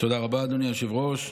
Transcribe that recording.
תודה רבה, אדוני היושב-ראש.